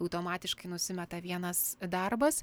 automatiškai nusimeta vienas darbas